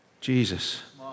Jesus